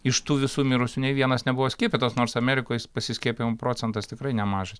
iš tų visų mirusių nei vienas nebuvo skiepytas nors amerikoj pasiskiepijimo procentas tikrai nemažas